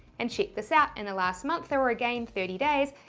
and check this out, in the last month, or again thirty days,